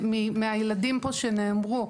מהילדים פה שנאמרו.